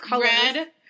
red